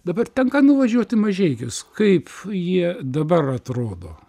dabar tenka nuvažiuot į mažeikius kaip jie dabar atrodo